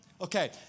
Okay